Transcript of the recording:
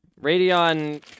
Radeon